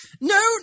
No